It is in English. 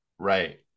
Right